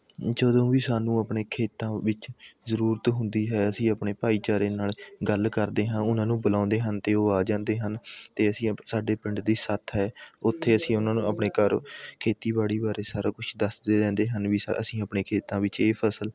ਜਦੋਂ ਵੀ ਸਾਨੂੰ ਆਪਣੇ ਖੇਤਾਂ ਵਿੱਚ ਜ਼ਰੂਰਤ ਹੁੰਦੀ ਹੈ ਅਸੀਂ ਆਪਣੇ ਭਾਈਚਾਰੇ ਨਾਲ ਗੱਲ ਕਰਦੇ ਹਾਂ ਉਹਨਾਂ ਨੂੰ ਬੁਲਾਉਂਦੇ ਹਨ ਅਤੇ ਉਹ ਆ ਜਾਂਦੇ ਹਨ ਅਤੇ ਅਸੀਂ ਆਪ ਸਾਡੇ ਪਿੰਡ ਦੀ ਸੱਥ ਹੈ ਉੱਥੇ ਅਸੀਂ ਉਹਨਾਂ ਨੂੰ ਆਪਣੇ ਘਰ ਖੇਤੀਬਾੜੀ ਬਾਰੇ ਸਾਰਾ ਕੁਛ ਦੱਸਦੇ ਰਹਿੰਦੇ ਹਨ ਵੀ ਅਸੀਂ ਆਪਣੇ ਖੇਤਾਂ ਵਿੱਚ ਇਹ ਫਸਲ